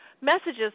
messages